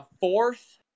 fourth